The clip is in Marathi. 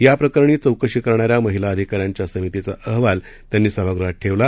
या प्रकरणी चौकशी करणाऱ्या महिला अधिकाऱ्यांच्या समितीचा अहवाल त्यांनी सभागृहात ठेवला